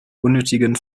unnötigen